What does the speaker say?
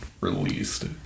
released